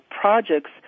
projects